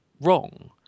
wrong